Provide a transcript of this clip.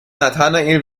nathanael